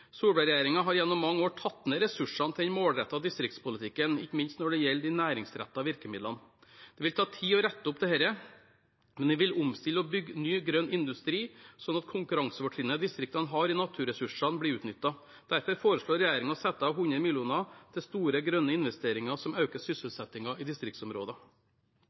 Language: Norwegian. har gjennom mange år tatt ned ressursene til den målrettede distriktspolitikken, ikke minst når det gjelder de næringsrettede virkemidlene. Det vil ta tid å rette opp dette, men vi vil omstille og bygge ny grønn industri, sånn at konkurransefortrinnet distriktene har i naturressursene, blir utnyttet. Derfor foreslår regjeringen å sette av 100 mill. kr til store, grønne investeringer som øker sysselsettingen i